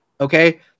Okay